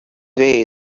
way